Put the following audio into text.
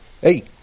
Hey